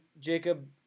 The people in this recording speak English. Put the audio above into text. Jacob